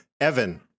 Evan